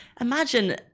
imagine